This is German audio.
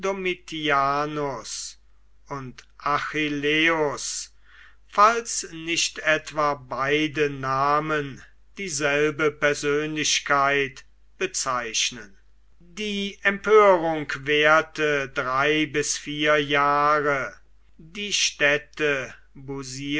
und achilleus falls nicht etwa beide namen dieselbe persönlichkeit bezeichnen die empörung währte drei bis vier jahre die städte